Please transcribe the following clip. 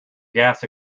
gas